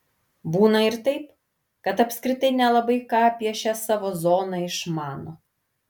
būna ir taip kad apskritai nelabai ką apie šią savo zoną išmano